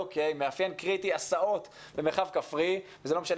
מאפיין קריטי הסעות במרחב כפרי' וזה לא משנה